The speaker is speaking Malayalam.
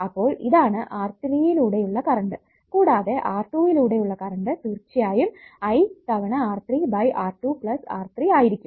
അപ്പോൾ ഇതാണ് R3 യിലൂടെ ഉള്ള കറണ്ട് കൂടാതെ R2 യിലൂടെ ഉള്ള കറണ്ട് തീർച്ചയായും I തവണ R3 by R2 plus R3 ആയിരിക്കും